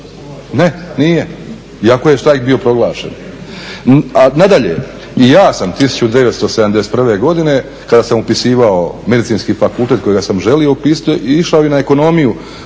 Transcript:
ne, nije, iako je štrajk bio proglašen. Nadalje, i ja sam 1971. godine kada sam upisivao Medicinski fakultet kojega sam želio upisati išao i na ekonomiju